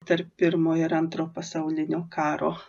tarp pirmo ir antro pasaulinio karo